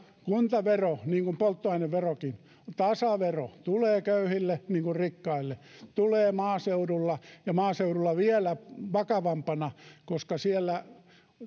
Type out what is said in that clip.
kuntavero niin kuin polttoaineverokin tasavero tulee köyhille niin kuin rikkaille tulee maaseudulla ja maaseudulla vielä vakavampana koska siellä